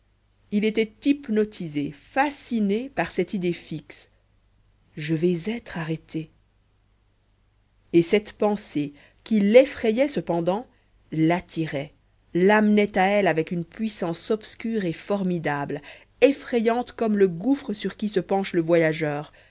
il était hypnotisé fasciné par cette idée fixe je vais être arrêté et cette pensée qui l'effrayait cependant l'attirait l'amenait à elle avec une puissance obscure et formidable effrayante comme le gouffre sur qui se penche le voyageur